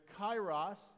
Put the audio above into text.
Kairos